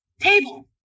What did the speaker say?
table